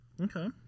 Okay